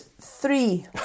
three